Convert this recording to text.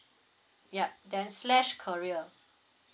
ya then slash career